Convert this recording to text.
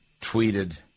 tweeted